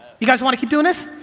you guys want to keep doing this?